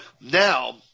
now